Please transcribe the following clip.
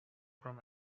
from